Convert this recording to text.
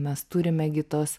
mes turime gi tos